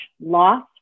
loss